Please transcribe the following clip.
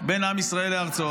בין עם ישראל לארצו.